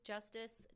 Justice